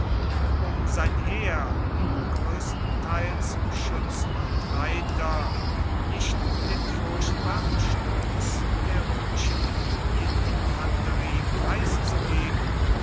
um sein heer größtenteils schützen und reiter nicht dem furchtbaren stoß der römischen linieninfanterie preiszugeben